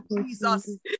Jesus